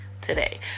today